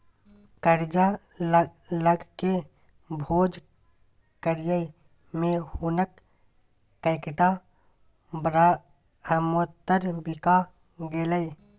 करजा लकए भोज करय मे हुनक कैकटा ब्रहमोत्तर बिका गेलै